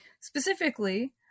Specifically